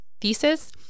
thesis